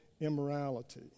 immorality